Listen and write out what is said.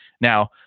Now